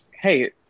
Hey